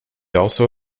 also